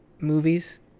movies